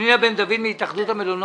התאחדות המלונות.